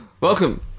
Welcome